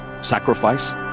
Sacrifice